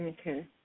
Okay